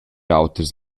auters